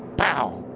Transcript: pow